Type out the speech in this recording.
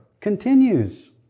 continues